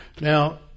Now